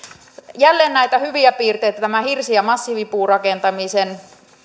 jälleen näitä hyviä piirteitä tämä hirsi ja massiivipuurakentamisen